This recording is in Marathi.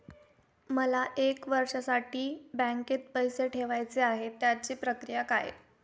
मला एक वर्षासाठी बँकेत पैसे ठेवायचे आहेत त्याची प्रक्रिया काय?